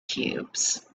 cubes